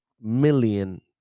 million